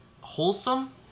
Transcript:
wholesome